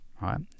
right